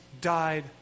died